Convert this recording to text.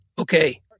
Okay